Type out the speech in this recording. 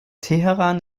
teheran